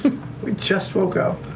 we just woke up.